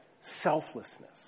Selflessness